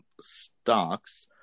stocks